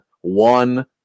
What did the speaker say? One